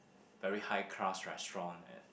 very high class restaurant at